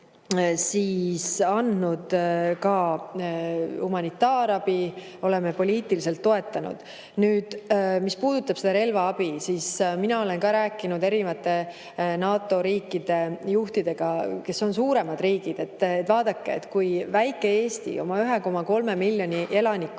oleme andnud ka humanitaarabi, oleme poliitiliselt toetanud. Nüüd, mis puudutab relvaabi, siis mina olen rääkinud erinevate NATO riikide juhtidega – need on olnud suuremad riigid –, et vaadake, väike Eesti oma 1,3 miljoni elanikuga